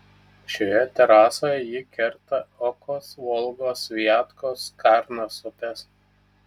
šioje terasoje ji kerta okos volgos viatkos karnos upes